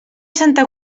santa